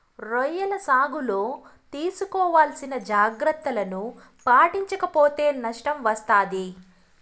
రొయ్యల సాగులో తీసుకోవాల్సిన జాగ్రత్తలను పాటించక పోతే నష్టం వస్తాది